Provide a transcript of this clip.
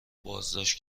بازداشت